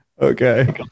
Okay